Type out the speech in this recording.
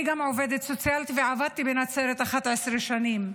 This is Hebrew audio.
אני גם עובדת סוציאלית ועבדתי בנצרת 11 שנים,